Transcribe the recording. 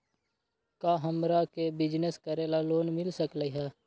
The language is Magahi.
का हमरा के बिजनेस करेला लोन मिल सकलई ह?